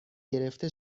گرفته